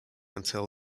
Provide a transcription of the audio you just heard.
until